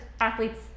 athletes